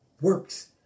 works